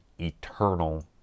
eternal